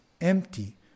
empty